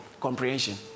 comprehension